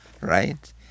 right